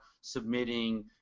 submitting